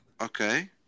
Okay